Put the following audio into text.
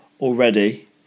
already